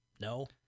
No